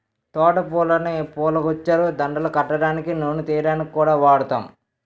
తోట పూలని పూలగుచ్చాలు, దండలు కట్టడానికి, నూనె తియ్యడానికి కూడా వాడుతాం